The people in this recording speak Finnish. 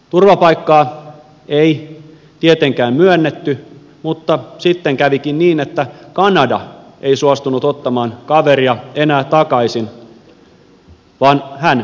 turvapaikkaa ei tietenkään myönnetty mutta sitten kävikin niin että kanada ei suostunut ottamaan kaveria enää takaisin vaan hän jäi tänne